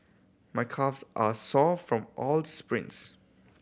my calves are sore from all the sprints